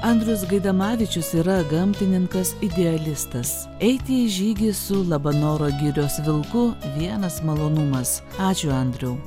andrius gaidamavičius yra gamtininkas idealistas eiti į žygį su labanoro girios vilku vienas malonumas ačiū andriau